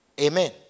Amen